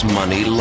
money